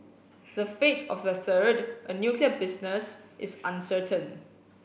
the fate of the third a nuclear business is uncertain